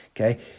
Okay